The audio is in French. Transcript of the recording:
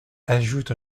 ajoutent